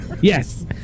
Yes